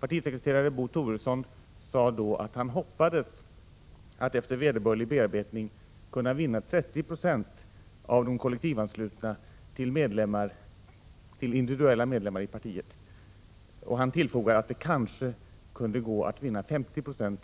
Partisekreterare Bo Toresson sade då att han hoppades att efter vederbörlig bearbetning kunna vinna 30 20 av de kollektivanslutna till individuella medlemmar i partiet. Han tillfogade att det kanske kunde gå att vinna upp till 50 26